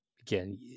again